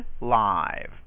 Live